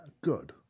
Good